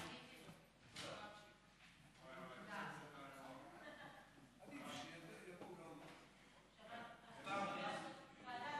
ועדת